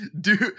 Dude